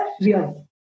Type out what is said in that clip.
real